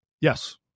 Yes